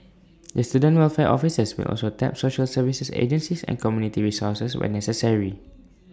the student welfare officers will also tap social services agencies and community resources where necessary